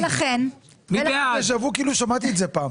כמו שאמרתי,